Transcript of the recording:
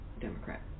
Democrat